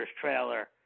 trailer